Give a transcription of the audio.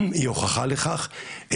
היא הוכחה לכך.